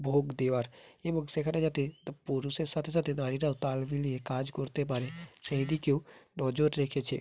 ভাগ দেওয়ার এবং সেখানে যাতে তা পুরুষের সাথে সাথে নারীরাও তাল মিলিয়ে কাজ করতে পারে সেদিকেও নজর রেখেছে